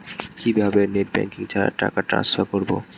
কিভাবে net banking ছাড়া টাকা টান্সফার করব?